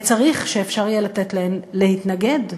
וצריך שאפשר יהיה לתת להן להתנגד.